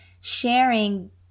sharing